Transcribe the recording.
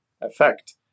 effect